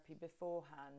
beforehand